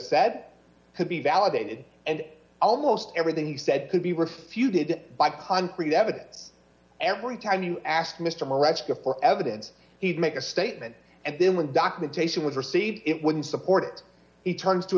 said could be validated and almost everything he said could be refuted by concrete evidence every time you asked mr mirecki for evidence he'd make a statement and then when documentation was received it wouldn't support it he turns to